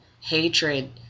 hatred